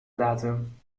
datum